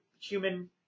human